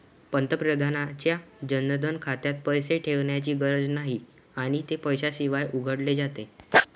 पंतप्रधानांच्या जनधन खात्यात पैसे ठेवण्याची गरज नाही आणि ते पैशाशिवाय उघडले जाते